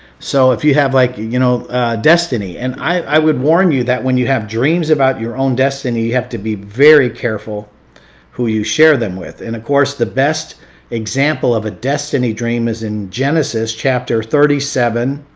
so if you have like you know destiny, and i would warn you that when you have dreams about your own destiny, you have to be very careful who you share them with. and of course the best example of a destiny dream is in genesis chapter thirty seven,